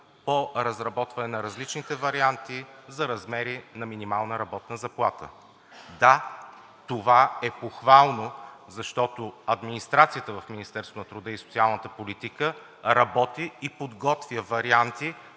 по разработване на различните варианти за размери на минимална работна заплата. Да, това е похвално, защото администрацията в Министерството на труда и социалната политика работи и подготвя варианти,